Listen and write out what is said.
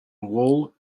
wool